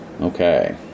Okay